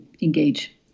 engage